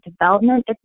Development